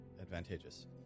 advantageous